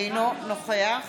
אינו נוכח